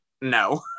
no